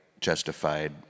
justified